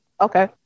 Okay